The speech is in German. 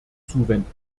zuwenden